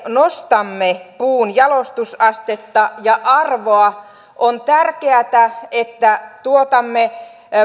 nostamme puun jalostusastetta ja arvoa on tärkeätä että tuotamme